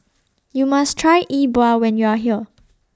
YOU must Try E Bua when YOU Are here